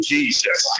Jesus